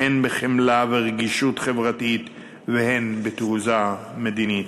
הן בחמלה ורגישות חברתית והן בתעוזה מדינית.